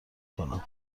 کنم